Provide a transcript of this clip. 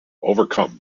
overcome